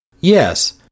Yes